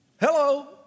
Hello